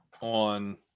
on